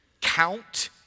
Count